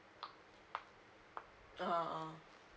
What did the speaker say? uh uh